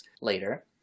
later